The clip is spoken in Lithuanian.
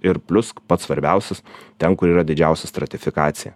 ir plius pats svarbiausias ten kur yra didžiausia stratifikacija